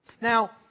Now